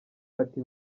ati